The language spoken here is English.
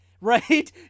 Right